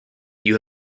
you